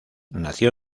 nació